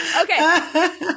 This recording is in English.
Okay